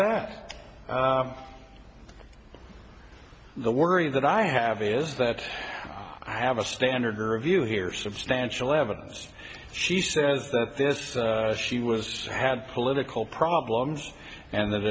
that the worry that i have is that i have a standard or a view here substantial evidence she says that this she was had political problems and that